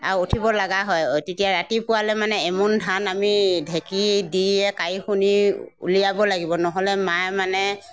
আৰু উঠিব লগা হয় তেতিয়া ৰাতিপুৱালে মানে এমোণ ধান আমি ঢেকী দিয়ে কাঢ়ি খুন্দি উলিয়াব লাগিব নহ'লে মায়ে মানে